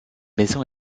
maison